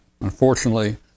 unfortunately